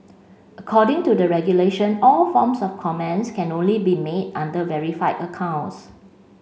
according to the regulation all forms of comments can only be made under verified accounts